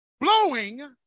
blowing